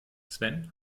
sven